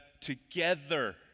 together